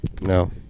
no